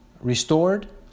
restored